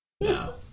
no